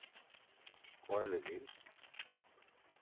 ᱚᱠᱚᱭ ᱞᱟᱹᱜᱤᱫ